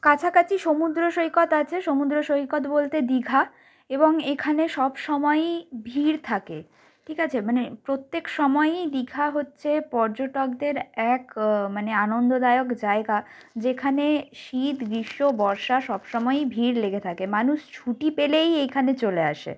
কাছাকাচি সমুদ্র সৈকত আছে সমুদ্র সৈকত বলতে দীঘা এবং এখানে সব সময়ই ভিড় থাকে ঠিক আছে মানে প্রত্যেক সময়ই দীঘা হচ্ছে পর্যটকদের এক মানে আনন্দদায়ক জায়গা যেখানে শীত গ্রীষ্ম বর্ষা সব সময়ই ভিড় লেগে থাকে মানুষ ছুটি পেলেই এইখানে চলে আসে